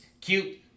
cute